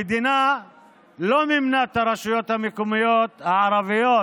המדינה לא מימנה את הרשויות המקומיות הערביות